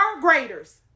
graders